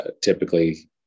Typically